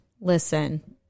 Listen